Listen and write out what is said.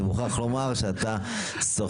אני מוכרח לומר שאתה שוחה.